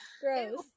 gross